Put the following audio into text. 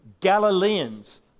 Galileans